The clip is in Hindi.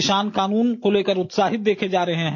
किसान कानून को लेकर उत्साहित देखे जा रहे हैं